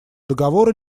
договора